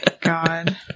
God